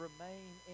remain